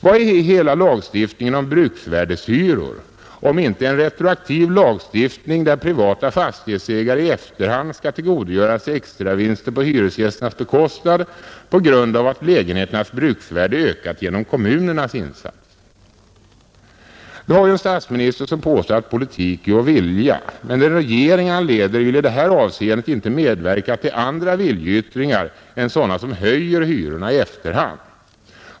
Vad är hela lagstiftningen om bruksvärdehyror om inte en retroaktiv lagstiftning där privata fastighetsägare i efterhand skall tillgodogöra sig extravinster på hyresgästernas bekostnad på grund av att lägenheternas bruksvärde ökat genom kommunernas insatser? Nu har vi ju en statsminister som påstår att politik är att vilja, men den regering han leder vill i det här avseendet inte medverka till andra viljeyttringar än sådana som höjer hyrorna i efterhand.